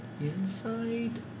Inside